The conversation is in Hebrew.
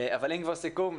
אבל אם כבר סיכום,